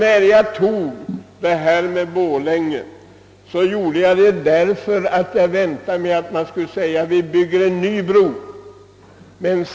När jag tog exemplet med Borlänge väntade jag mig få svaret att det skulle byggas en ny bro.